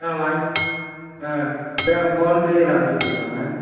ஆ வாங்கி ஆ ஃபோன்பேவில அனுப்பிச்சி விட்டுருக்கலாங்க